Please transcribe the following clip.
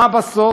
מה בסוף?